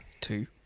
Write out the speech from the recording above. two